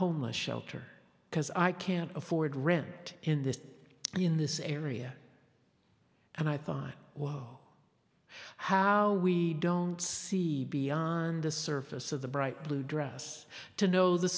homeless shelter because i can't afford rent in this in this area and i thought how we don't see beyond the surface of the bright blue dress to know the